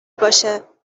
باشه